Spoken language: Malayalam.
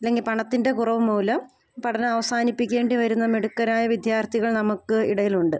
അല്ലെങ്കിൽ പണത്തിൻ്റെ കുറവ് മൂലം പഠനം അവസാനിപ്പിക്കേണ്ടി വരുന്ന മിടുക്കരായ വിദ്യാർത്ഥികൾ നമുക്ക് ഇടയിലുണ്ട്